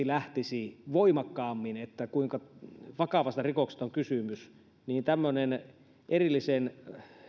lähtisi voimakkaammin se viesti kuinka vakavasta rikoksesta on kysymys niin tämmöisen erillisen